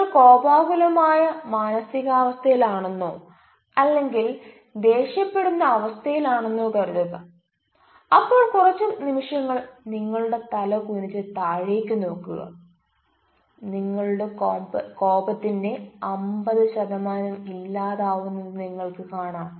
നിങ്ങൾ കോപാകുലമായ മാനസികാവസ്ഥയിലാണെന്നോ അല്ലെങ്കിൽ ദേഷ്യപ്പെടുന്ന അവസ്ഥയിലാണെന്നോ കരുതുക അപ്പോൾ കുറച്ച് നിമിഷങ്ങൾ നിങ്ങളുടെ തല കുനിച്ചു താഴേക്ക് നോക്കുക നിങ്ങളുടെ കോപത്തിന്റെ അമ്പത് ശതമാനം ഇല്ലാതാവുന്നത് നിങ്ങൾക് കാണാം